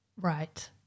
Right